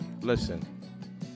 Listen